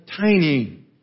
tiny